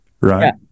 right